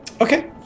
Okay